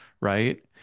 Right